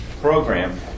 program